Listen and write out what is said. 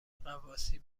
غواصی